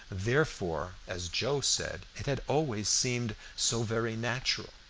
therefore, as joe said, it had always seemed so very natural.